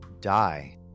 die